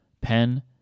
Pen